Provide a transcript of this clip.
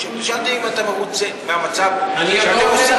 אני שאלתי אם אתה מרוצה מהמצב, ואתם עושים